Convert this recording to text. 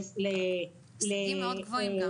להישגים גבוהים מאוד,